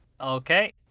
okay